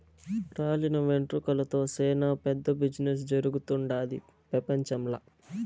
రాలిన వెంట్రుకలతో సేనా పెద్ద బిజినెస్ జరుగుతుండాది పెపంచంల